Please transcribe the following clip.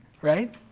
right